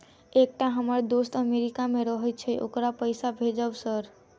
एकटा हम्मर दोस्त अमेरिका मे रहैय छै ओकरा पैसा भेजब सर?